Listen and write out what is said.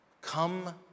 Come